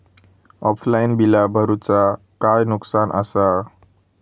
Offline बिला भरूचा काय नुकसान आसा?